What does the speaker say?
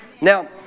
Now